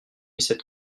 cette